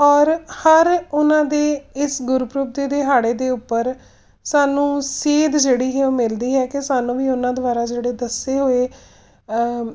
ਔਰ ਹਰ ਉਹਨਾਂ ਦੇ ਇਸ ਗੁਰਪੁਰਬ ਦੇ ਦਿਹਾੜੇ ਦੇ ਉੱਪਰ ਸਾਨੂੰ ਸੇਧ ਜਿਹੜੀ ਹੈ ਉਹ ਮਿਲਦੀ ਹੈ ਕਿ ਸਾਨੂੰ ਵੀ ਉਹਨਾਂ ਦੁਆਰਾ ਜਿਹੜੇ ਦੱਸੇ ਹੋਏ